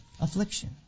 affliction